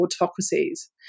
autocracies